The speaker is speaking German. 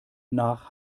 nach